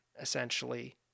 essentially